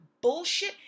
bullshit